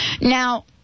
Now